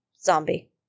zombie